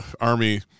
army